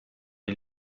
die